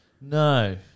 No